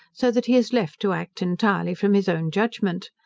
so that he is left to act entirely from his own judgment.